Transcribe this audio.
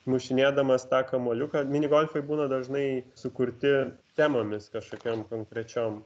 mušinėdamas tą kamuoliuką mini golfai būna dažnai sukurti temomis kažkokiom konkrečiom